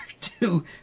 Two